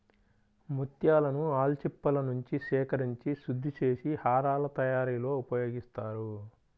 ముత్యాలను ఆల్చిప్పలనుంచి సేకరించి శుద్ధి చేసి హారాల తయారీలో ఉపయోగిస్తారు